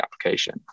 application